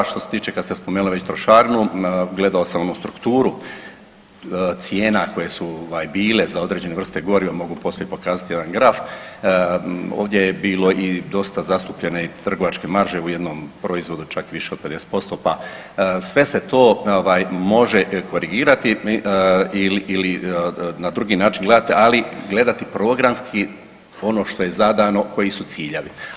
Što se tiče kad se spomenuli već trošarinu, gledao sam onu strukturu cijena koje su ovaj, bile za određene vrste goriva, mogu vam poslije pokazati onaj graf, ovdje je bilo i dosta zastupljene trgovačke marže u jednom proizvodu, čak više od 50% pa, sve se to ovaj može korigirati ili na drugi način gledati, ali gledati programski ono što je zadano, koji su ciljevi.